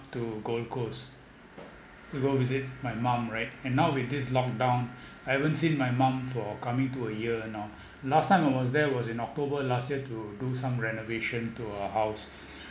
to gold coast to go visit my mum right and now with this lockdown I haven't seen my mum for coming to a year now last time I was there was in october last year to do some renovation to her house